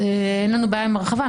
אין לנו בעיה עם הרחבה,